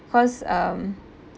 because um